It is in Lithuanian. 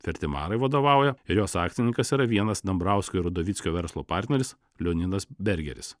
fertimarai vadovauja ir jos akcininkas yra vienas dambrausko ir udovickio verslo partneris leonidas bergeris